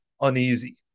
uneasy